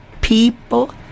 people